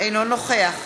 אינו נוכח